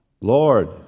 Lord